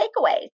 takeaways